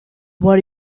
what